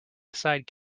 aside